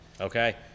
Okay